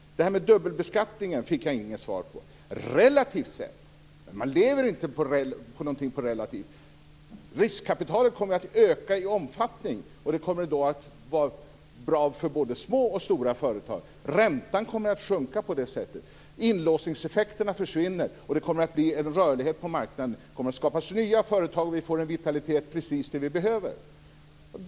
Det här med dubbelbeskattningen fick jag inget svar på. Relativ sett blir det sämre, säger Lars Hedfors, men man lever inte på någonting relativt. Riskkapitalet kommer att öka i omfattning, och det kommer att vara bra för både små och stora företag. Räntan kommer att sjunka på det sättet. Inlåsningseffekterna försvinner, och det kommer att bli en rörlighet på marknaden. Det kommer att skapas nya företag, och vi får en vitalitet - precis det vi behöver.